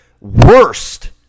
worst